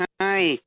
Hi